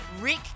Rick